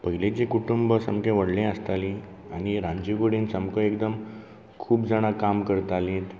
पयलींचीं कुटूंब सामकी व्हडलीं आसतालीं आनी रांदचे कुडीन सामको एकदम खूब जाणां काम करतालीं